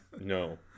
No